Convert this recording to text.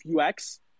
UX